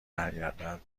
برگرده